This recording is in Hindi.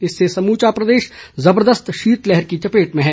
इससे समूचा प्रदेश जबरदस्त शीतलहर की चपेट में है